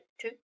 two